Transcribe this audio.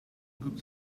groups